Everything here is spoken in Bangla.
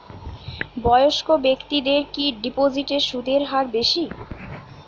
বয়স্ক ব্যেক্তিদের কি ডিপোজিটে সুদের হার বেশি?